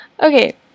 Okay